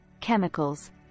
chemicals